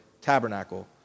tabernacle